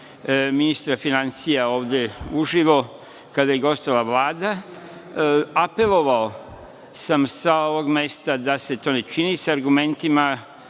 ministra finansija ovde uživo kada je gostovala Vlada. Apelovao sam sa ovog mesta da se to ne čini sa argumentima